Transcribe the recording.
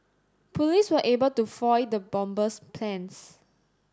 police were able to foil the bomber's plans